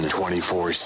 24